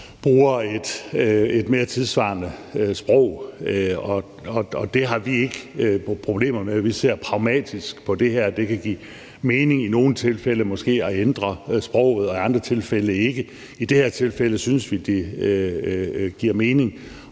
bruger et mere tidssvarende sprog. Det har vi ikke problemer med. Vi ser pragmatisk på det her. Det kan måske i nogle tilfælde give mening at ændre sproget, og i andre tilfælde ikke. I det her tilfælde synes vi det giver mening,